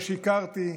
לא שיקרתי,